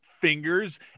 fingers